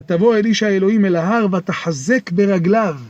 תבוא אל איש האלוהים אל ההר, ותחזק ברגליו.